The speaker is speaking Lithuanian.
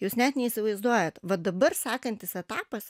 jūs net neįsivaizduojat va dabar sekantis etapas